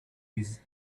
his